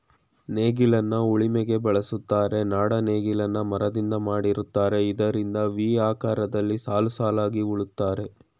ನೇಗಿಲನ್ನ ಉಳಿಮೆಗೆ ಬಳುಸ್ತರೆ, ನಾಡ ನೇಗಿಲನ್ನ ಮರದಿಂದ ಮಾಡಿರ್ತರೆ ಇದರಿಂದ ವಿ ಆಕಾರದಲ್ಲಿ ಸಾಲುಸಾಲಾಗಿ ಉಳುತ್ತರೆ